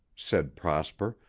said prosper,